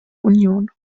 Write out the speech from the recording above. union